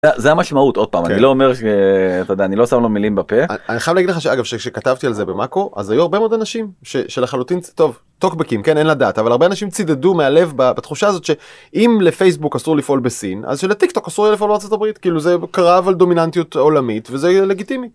זה המשמעות עוד פעם אני לא אומר שאתה יודע אני לא שם לו מילים בפה אני חייב להגיד לך שאגב שכשכתבתי על זה במאקו אז היו הרבה מאוד אנשים שלחלוטין טוב, טוקבקים כן אין לדעת אבל הרבה אנשים צידדו מהלב בתחושה הזאת שאם לפייסבוק אסור לפעול בסין אז שלטיקטוק אסור לפעול בארצות הברית כאילו זה קרב על דומיננטיות עולמית וזה לגיטימי.